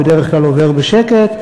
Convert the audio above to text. או בדרך כלל עובר בשקט,